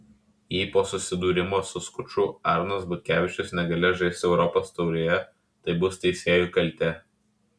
jei po susidūrimo su skuču arnas butkevičius negalės žaisti europos taurėje tai bus teisėjų kaltė